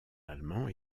allemand